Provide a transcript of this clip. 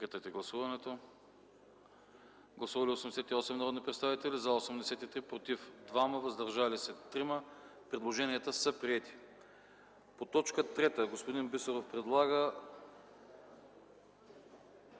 Режим на гласуване. Гласували 88 народни представители: за 83, против 2, въздържали се 3. Предложенията са приети. По т. 3 господин Бисеров предлага